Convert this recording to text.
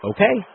Okay